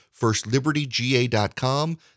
Firstlibertyga.com